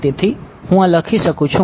તેથી હું આ લખી શકું છું